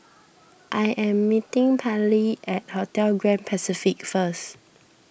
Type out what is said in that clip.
I am meeting Pallie at Hotel Grand Pacific first